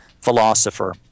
philosopher